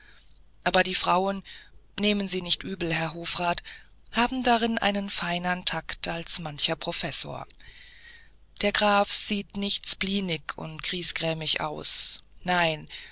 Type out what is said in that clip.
aber die frauen nehmen sie nicht übel herr hofrat haben darin einen feinern takt als mancher professor der graf sieht nicht spleenigt und griesgrämig aus nein